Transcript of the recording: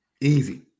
Easy